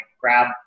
grab